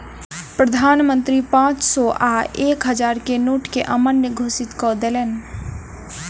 प्रधान मंत्री पांच सौ आ एक हजार के नोट के अमान्य घोषित कय देलैन